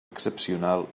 excepcional